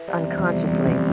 unconsciously